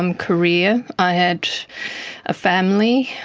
um career. i had a family.